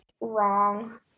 wrong